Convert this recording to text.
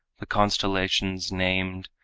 the constellations named,